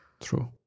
True